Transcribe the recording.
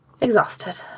exhausted